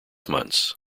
months